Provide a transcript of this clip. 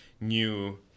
new